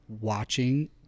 watching